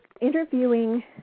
interviewing